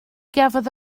gafodd